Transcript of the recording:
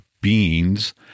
beings